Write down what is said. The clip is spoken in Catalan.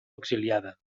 exiliada